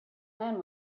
man